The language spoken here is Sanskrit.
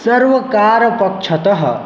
सर्वकारपक्षतः